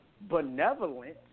benevolent